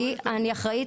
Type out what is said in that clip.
אני אחראית.